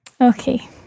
Okay